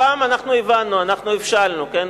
הפעם אנחנו הבנו, אנחנו הבשלנו, כן.